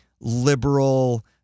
liberal